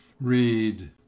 read